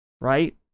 right